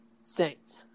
Saints